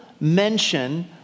mention